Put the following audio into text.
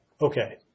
Okay